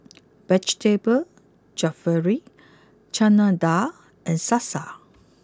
Vegetable Jalfrezi Chana Dal and Salsa